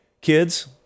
kids